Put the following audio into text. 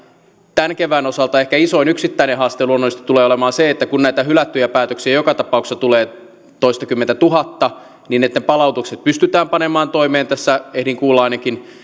tämän kevään osalta ehkä isoin yksittäinen haaste luonnollisesti tulee olemaan se että kun näitä hylättyjä päätöksiä joka tapauksessa tulee toistakymmentätuhatta ne palautukset pystytään panemaan toimeen tässä ehdin kuulla ainakin